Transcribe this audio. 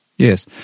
Yes